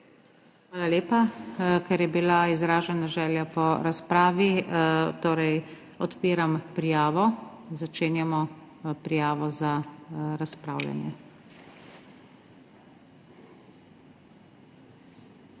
Hvala lepa. Ker je bila izražena želja po razpravi, odpiram prijavo. Začenjamo prijavo za razpravljanje.